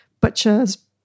butchers